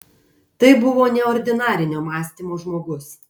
tai buvo neordinarinio mąstymo žmogus